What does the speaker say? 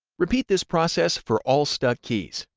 repeat this process for all stuck keys.